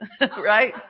Right